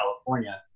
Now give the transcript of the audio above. California